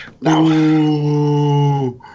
Now